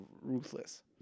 ruthless